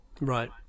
right